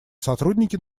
сотрудники